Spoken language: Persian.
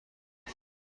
بود